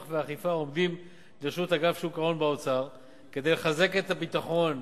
והאכיפה העומדים לרשות אגף שוק ההון כדי לחזק את הביטחון,